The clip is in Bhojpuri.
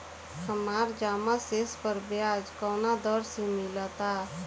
हमार जमा शेष पर ब्याज कवना दर से मिल ता?